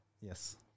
Yes